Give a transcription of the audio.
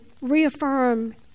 reaffirm